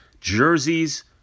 jerseys